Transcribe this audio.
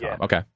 Okay